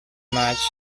match